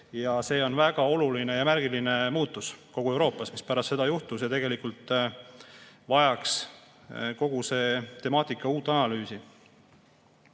See on väga oluline ja märgiline muutus kogu Euroopas, mis pärast seda juhtus, ja tegelikult vajaks kogu see temaatika uut analüüsi.